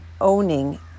owning